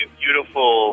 beautiful